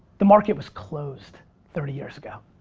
the market was closed thirty years ago.